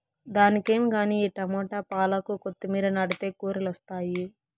దానికేం గానీ ఈ టమోట, పాలాకు, కొత్తిమీర నాటితే కూరలొస్తాయి